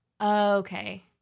Okay